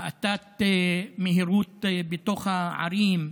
האטת מהירות בתוך הערים,